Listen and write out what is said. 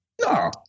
no